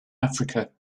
africa